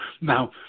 Now